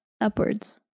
upwards